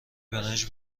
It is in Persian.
برنج